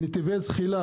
נתיבי זחילה,